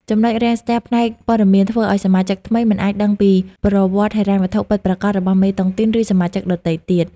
ចំណុចរាំងស្ទះផ្នែកព័ត៌មាន ធ្វើឱ្យសមាជិកថ្មីមិនអាចដឹងពីប្រវត្តិហិរញ្ញវត្ថុពិតប្រាកដរបស់មេតុងទីន ឬសមាជិកដទៃទៀត។